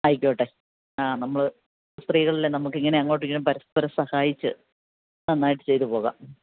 ആയിക്കോട്ടെ ആ നമ്മള് സ്ത്രീകളല്ലേ നമുക്കിങ്ങനെ അങ്ങോട്ടും ഇങ്ങോട്ടും പരസ്പരം സഹായിച്ച് നന്നായിട്ട് ചെയ്തുപോകാം